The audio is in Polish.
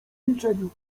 milczeniu